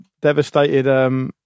devastated